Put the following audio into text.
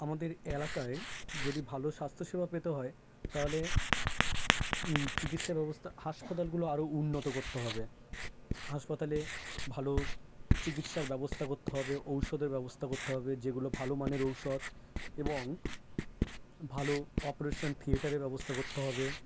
আমাদের এলাকায় যদি ভালো স্বাস্থ্যসেবা পেতে হয় তাহলে চিকিৎসা ব্যবস্থা হাসপাতালগুলো আরও উন্নত করতে হবে হাসপাতালে ভালো চিকিৎসার ব্যবস্থা করতে হবে ঔষধের ব্যবস্থা করতে হবে যেগুলো ভালো মানের ঔষধ এবং ভালো অপারেশন থিয়েটারের ব্যবস্থা করতে হবে